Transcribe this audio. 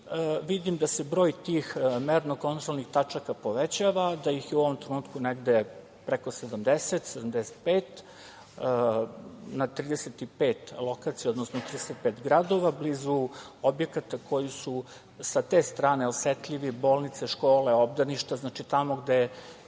da se broj tih mernokontrolnih tačaka povećava, a da ih je u ovom trenutku negde preko 70, 75 na 35 lokacija, odnosno 35 gradova, blizu objekata koji su sa te strane osetljivi, bolnice, škole, obdaništa. Znači, tamo gde